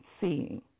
seeing